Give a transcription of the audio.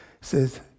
says